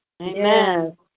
amen